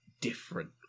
different